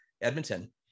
Edmonton